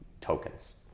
tokens